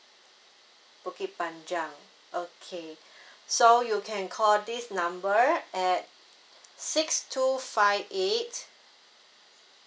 bukit panjang okay so you can call this number at six two five eight